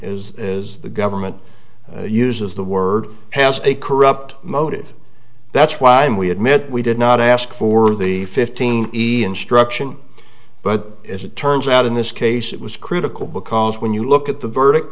is as the government uses the word has a corrupt motive that's why i'm we admit we did not ask for the fifteen easy instruction but as it turns out in this case it was critical because when you look at the verdict